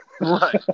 Right